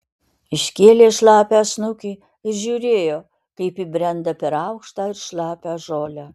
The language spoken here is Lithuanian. iškėlė šlapią snukį ir žiūrėjo kaip ji brenda per aukštą ir šlapią žolę